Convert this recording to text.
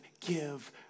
give